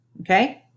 okay